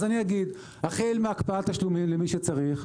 החל מהקפאת תשלומים למי שצריך.